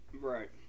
Right